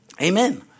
Amen